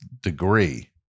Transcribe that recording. degree